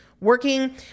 working